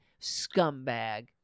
scumbag